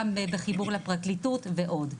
גם בחיבור לפרקליטות ועוד.